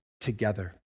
together